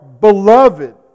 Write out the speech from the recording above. beloved